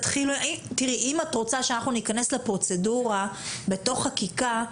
אם את רוצה שאנחנו ניכנס לפרוצדורה בתוך חקיקה,